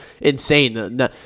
insane